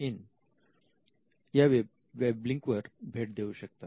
in या web link वर भेट देऊ शकता